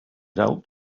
helped